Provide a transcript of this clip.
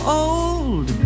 old